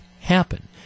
happen